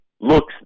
looks